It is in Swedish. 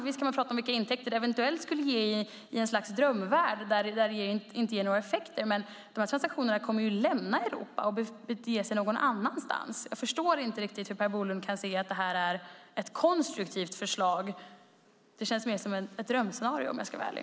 Visst kan man prata om vilka intäkter det eventuellt skulle ge i ett slags drömvärld där det inte blir några effekter. Men de här transaktionerna kommer ju att lämna Europa och bege sig någon annanstans. Jag förstår inte riktigt hur Per Bolund kan se att detta är ett konstruktivt förslag. Det känns mer som ett drömscenario, om jag ska vara ärlig.